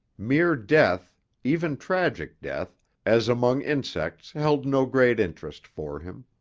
mere death even tragic death as among insects held no great interest for him.